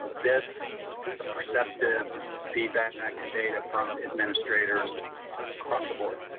this is the perceptive feedback and data from administrators across the board.